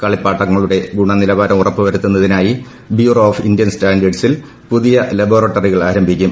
കളിപ്പാട്ടങ്ങളുടെ ഗുണനിലവാരം ഉറപ്പു വരുത്തുന്നതിനായി ബ്യൂഗ്പോ ഓഫ് ഇന്ത്യൻ സ്റ്റാൻഡേർഡിൽ പുതിയ ലബോറട്ടറികൾ ആരംഭിക്കും